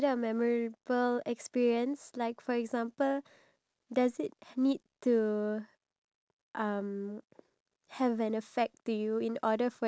but you don't have to go back in time [what] you can do it again so why don't you do it again one day and show me how you go down the slide